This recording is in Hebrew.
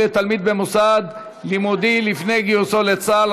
לתלמיד במוסד לימודי לפני גיוסו לצה"ל),